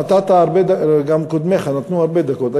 כן, גם קודמיך נתנו הרבה דקות.